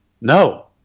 No